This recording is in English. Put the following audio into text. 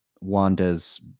Wanda's